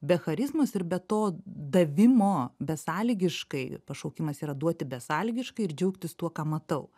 be charizmos ir be to davimo besąlygiškai pašaukimas yra duoti besąlygiškai ir džiaugtis tuo ką matau